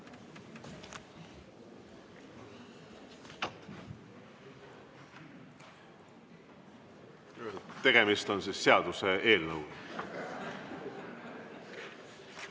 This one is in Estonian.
Tegemist on siis seaduseelnõuga.